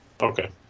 Okay